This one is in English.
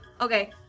Okay